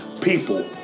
People